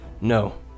No